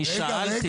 אני שאלתי.